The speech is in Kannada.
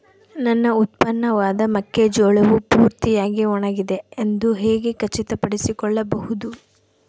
ನನ್ನ ಉತ್ಪನ್ನವಾದ ಮೆಕ್ಕೆಜೋಳವು ಪೂರ್ತಿಯಾಗಿ ಒಣಗಿದೆ ಎಂದು ಹೇಗೆ ಖಚಿತಪಡಿಸಿಕೊಳ್ಳಬಹುದು?